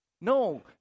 No